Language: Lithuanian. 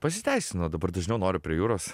pasiteisino dabar dažniau noriu prie jūros